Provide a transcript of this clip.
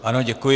Ano, děkuji.